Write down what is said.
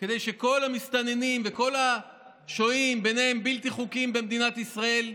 כדי שכל המסתננים וכל השוהים במדינת ישראל,